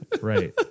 Right